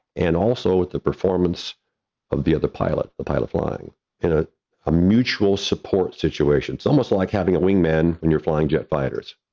and also with the performance of the other pilot, the pilot flying in ah a mutual support situation. it's almost like having a wingman when you're flying jet fighters,